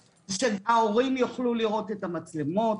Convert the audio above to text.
שההורים יוכלו לראות את המצלמות.